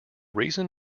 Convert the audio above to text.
reason